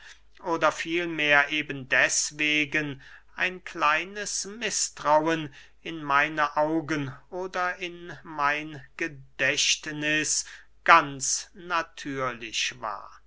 oder vielmehr eben deßwegen ein kleines mißtrauen in meine augen oder in mein gedächtniß ganz natürlich war